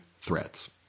threats